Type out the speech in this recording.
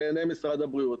במשרד הבריאות.